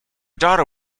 daughter